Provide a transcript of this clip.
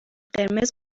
قرمز